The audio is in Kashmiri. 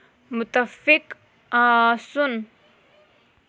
مُتفِق آسُن